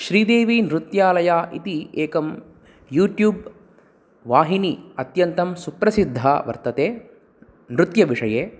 श्रीदेवीनृत्यालया इति एकं यूट्यूब् वाहिनी अत्यन्तं सुप्रसिद्धा वर्तते नृत्यविषये